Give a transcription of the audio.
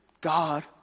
God